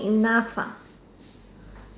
enough ah